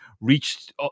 reached